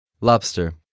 Lobster